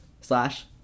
slash